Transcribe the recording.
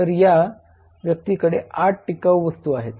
तर त्या व्यक्तीकडे 8 टिकाऊ वस्तू आहेत